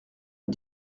une